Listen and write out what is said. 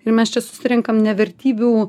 ir mes čia susirenkam ne vertybių